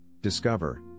discover